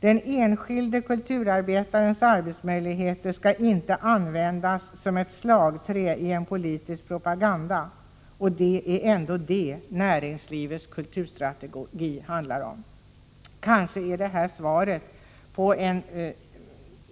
Den enskilde kulturarbetarens arbetsmöjligheter skall inte användas som ett slagträ i en politisk propaganda — det är detta näringslivets kulturstrategi handlar om.